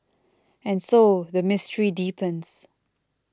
and so the mystery deepens